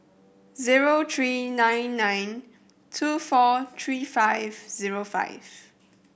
zero three nine nine two four three five zero five